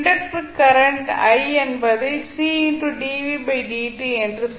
inductor current i என்பதை C dvdt என சொல்லலாம்